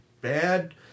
bad